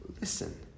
listen